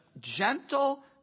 gentle